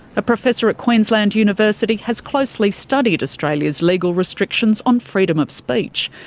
a professor at queensland university has closely studied australia's legal restrictions on freedom of speech.